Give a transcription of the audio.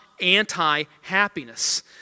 anti-happiness